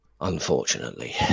Unfortunately